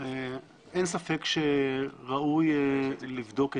אין ספק שראוי לבדוק.